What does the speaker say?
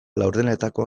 laurdenetako